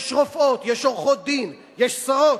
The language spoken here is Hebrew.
יש רופאות, יש עורכות-דין, יש שרות,